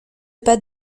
pas